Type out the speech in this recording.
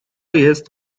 jest